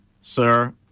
Sir